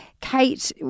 Kate